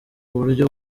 buryo